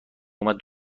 اومد